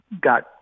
got